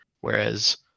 Whereas